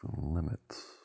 limits